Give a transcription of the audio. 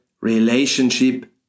relationship